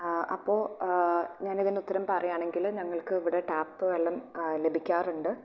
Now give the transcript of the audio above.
അപ്പോൾ ഞാൻ ഇതിന് ഉത്തരം പറയാണെങ്കിൽ ഞങ്ങൾക്ക് ഇവിടെ ടാപ് വെള്ളം ലഭിക്കാറുണ്ട്